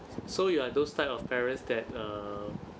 so you are those type of parents that err